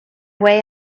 way